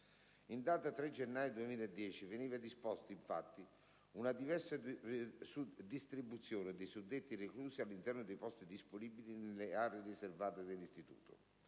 In data 3 gennaio 2010 veniva disposta, infatti, una diversa distribuzione dei suddetti reclusi all'interno dei posti disponibili nelle aree riservate dell'istituto.